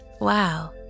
Wow